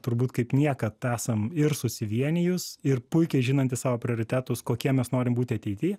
turbūt kaip niekad esam ir susivienijus ir puikiai žinanti savo prioritetus kokie mes norim būti ateity